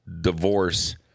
divorce